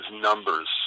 Numbers